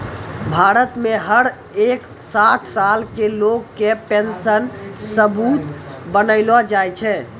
भारत मे हर एक साठ साल के लोग के पेन्शन सबूत बनैलो जाय छै